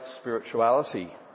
spirituality